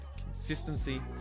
consistency